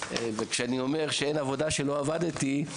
כשאני אומר שאין עבודה שלא עבדתי בה,